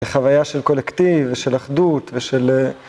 חוויה של קולקטיב ושל אחדות ושל...